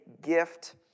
gift